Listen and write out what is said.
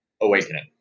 awakening